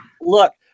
Look